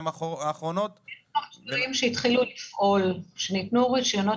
יש מקרים שניתנו רישיונות,